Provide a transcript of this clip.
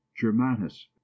germanus